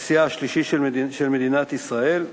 נשיאה השלישי של מדינת ישראל,